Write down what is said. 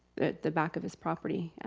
the back of his property,